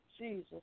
Jesus